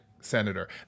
senator